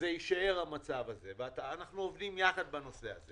יישאר המצב הזה ואנחנו עובדים יחד בנושא הזה